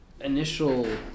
initial